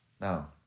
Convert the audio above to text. Now